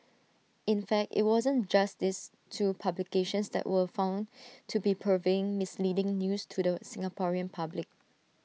in fact IT wasn't just these two publications that were found to be purveying misleading news to the Singaporean public